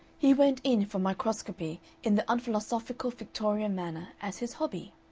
he went in for microscopy in the unphilosophical victorian manner as his hobby.